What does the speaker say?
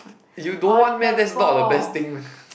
you don't want meh that's not the best thing